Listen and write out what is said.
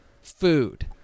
food